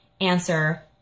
answer